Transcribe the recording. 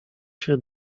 się